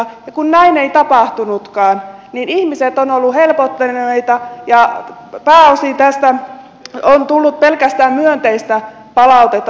ja kun näin ei tapahtunutkaan ihmiset ovat olleet helpottuneita ja pääosin tästä kehysratkaisusta on tullut pelkästään myönteistä palautetta